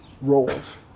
roles